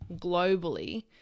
globally